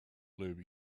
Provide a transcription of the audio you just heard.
live